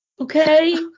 Okay